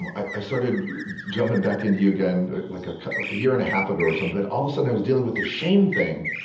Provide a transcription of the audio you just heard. um i, i started jumping back into you again, like a year and a half ago or something. all of a sudden i was dealing with this shame thing.